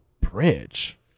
bridge